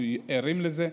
אנחנו ערים לזה,